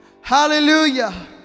Hallelujah